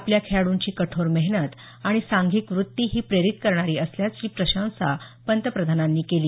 आपल्या खेळाइंची कठोर मेहनत आणि सांघिक वृत्ती ही प्रेरित करणारी असल्याची प्रशंसा पंतप्रधानांनी केली